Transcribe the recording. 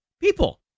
people